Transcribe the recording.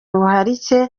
ubuharike